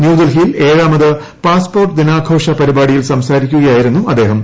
ന്യൂഡൽഹിയിൽ ഏഴാമത് പാസ്പോർട്ട് ദിനാഘോഷ പരിപാടിയിൽ സംസാരിക്കുകയായിരുന്നു അദ്ദേഹം